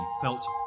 felt